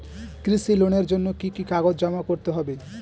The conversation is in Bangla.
কৃষি লোনের জন্য কি কি কাগজ জমা করতে হবে?